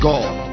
God